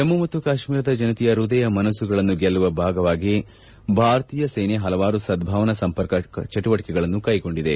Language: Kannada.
ಜಮ್ಮು ಮತ್ತು ಕಾಶ್ಮೀರದ ಜನತೆಯ ಪೃದಯ ಮನಸ್ಸುಗಳನ್ನು ಗೆಲ್ಲುವ ಪ್ರಯತ್ನದ ಭಾಗವಾಗಿ ಭಾರತೀಯ ಸೇನೆ ಹಲವಾರು ಸದ್ಲಾವನಾ ಸಂಪರ್ಕ ಚಟುವಟಿಕೆಗಳನ್ನು ಕೈಗೊಂಡಿದೆ